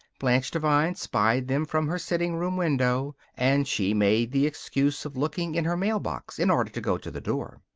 blanche devine spied them from her sitting-room window, and she made the excuse of looking in her mailbox in order to go to the door.